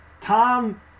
Tom